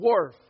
dwarf